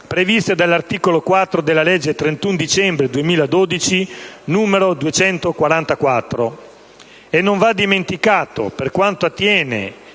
previste dall'articolo 4 della legge del 31 dicembre 2012, n. 244.